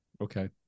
Okay